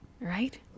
Right